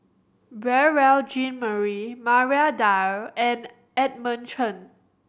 Beurel Jean Marie Maria Dyer and Edmund Chen